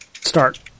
start